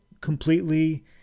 completely